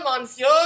Monsieur